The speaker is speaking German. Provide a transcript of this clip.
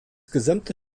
gesamte